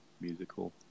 musical